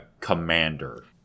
commander